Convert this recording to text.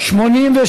סעיפים 1 2 נתקבלו.